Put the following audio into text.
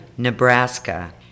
Nebraska